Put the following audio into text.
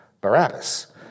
Barabbas